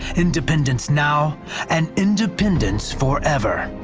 independence now and independence forever.